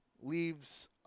leaves